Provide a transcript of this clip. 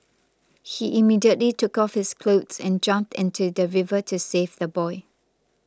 he immediately took off his clothes and jumped into the river to save the boy